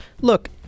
Look